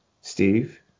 Steve